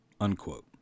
unquote